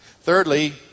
Thirdly